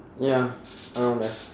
ya around there